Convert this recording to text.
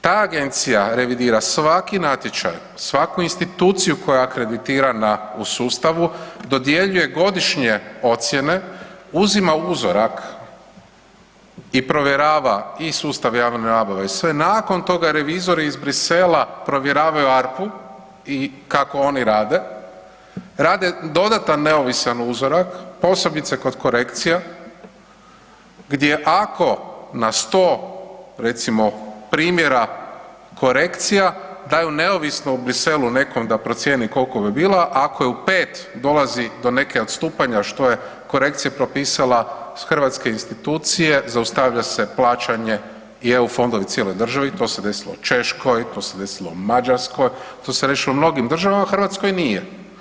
Ta agencija revidira svaki natječaj, svaku instituciju koja je akreditirana u sustavu, dodjeljuje godišnje ocjene, uzima uzorak i provjerava i sustav javne nabave i sve, nakon toga revizor iz Bruxellesa provjeravaju ARPA-u i kako oni rade, rade dodatan neovisan uzorak, posebice kod korekcija, gdje ako na 100 recimo primjera korekcija, daju neovisno u Bruxellesu nekom da procijeni koliko bi bila, ako je u 5 dolazi do neka odstupanja, što je korekcija propisala, hrvatske institucije, zaustavlja se plaćanje i EU fondovi cijeloj državi, to se desilo Češkoj, to se desilo Mađarskoj, to se desilo mnogim državama, Hrvatskoj nije.